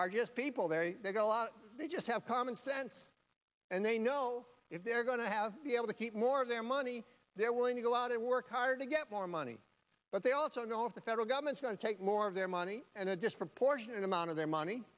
are just people they make a lot they just have common sense and they know if they're going to have be able to keep more of their money they're willing to go out and work harder to get more money but they also know if the federal government's going to take more of their money and a disproportionate amount of their money